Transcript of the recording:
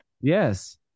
Yes